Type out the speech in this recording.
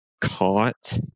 caught